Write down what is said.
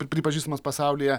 ir pripažįstamos pasaulyje